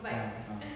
mm mm